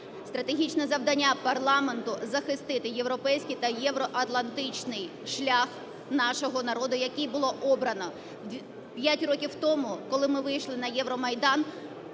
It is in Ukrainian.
Стратегічне завдання парламенту – захистити європейський та євроатлантичний шлях нашого народу, який було обрано. 5 років тому, коли ми вийшли на Євромайдан,